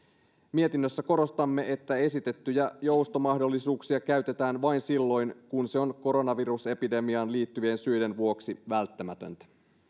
mietinnössä korostamme että esitettyjä joustomahdollisuuksia käytetään vain silloin kun se on koronavirusepidemiaan liittyvien syiden vuoksi välttämätöntä